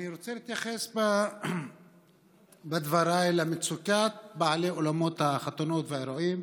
אני רוצה להתייחס בדבריי למצוקת בעלי אולמות החתונות והאירועים.